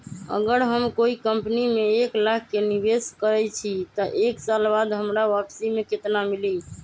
अगर हम कोई कंपनी में एक लाख के निवेस करईछी त एक साल बाद हमरा वापसी में केतना मिली?